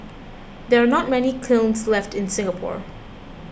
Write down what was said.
there are not many kilns left in Singapore